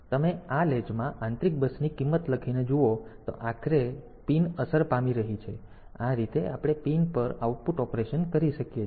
તેથી તમે આ લેચમાં આંતરિક બસની કિંમત લખીને જુઓ તો આખરે પિન અસર પામી રહી છે તેથી આ રીતે આપણે પિન પર આઉટપુટ ઓપરેશન કરી શકીએ છીએ